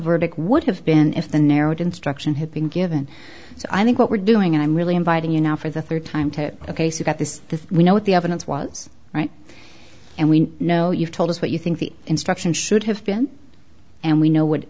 verdict would have been if the narrowed instruction had been given so i think what we're doing and i'm really inviting you now for the rd time to a case about this that we know what the evidence was right and we know you've told us what you think the instruction should have been and we know what